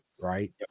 right